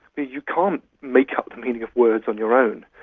but you can't make up the meaning of words on your own.